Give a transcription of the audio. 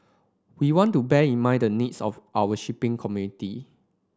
we want to bear in mind the needs of our shipping community